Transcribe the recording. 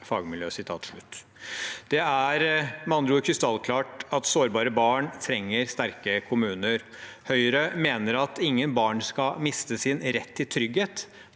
Det er med andre ord krystallklart at sårbare barn trenger sterke kommuner. Høyre mener at ingen barn skal miste sin rett til trygghet